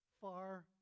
far